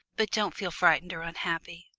but don't feel frightened or unhappy,